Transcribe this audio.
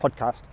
podcast